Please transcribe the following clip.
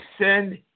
send